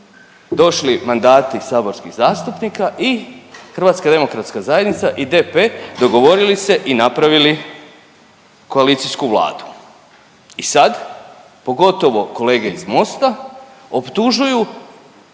došli mandati saborskih zastupnika i HDZ i DP dogovorili se i napravili koalicijsku Vladu i sad pogotovo kolege iz Mosta optužuju